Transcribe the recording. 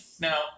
now